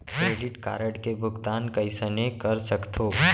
Credit card के भुगतान कईसने कर सकथो?